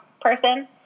person